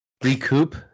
Recoup